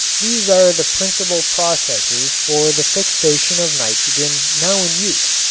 these are the principal processes for the fixation of nitrogen now in use,